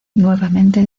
nuevamente